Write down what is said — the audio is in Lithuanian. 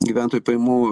gyventojų pajamų